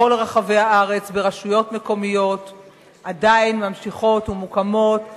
וברשויות מקומיות בכל רחבי הארץ עדיין ממשיכות ומוקמות היום,